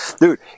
Dude